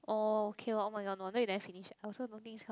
oh okay lor oh-my-god no wonder you never finish I also don't think this kind of